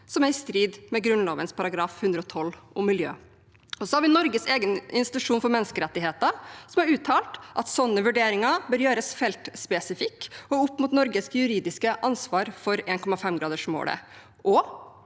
som er i strid med Grunnloven § 112, om miljø. Vi har også Norges egen institusjon for menneskerettigheter, som har uttalt at sånne vurderinger bør gjøres feltspesifikt og opp mot Norges juridiske ansvar for 1,5-gradersmålet, og